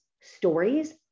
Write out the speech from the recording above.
stories